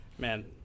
Man